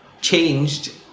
changed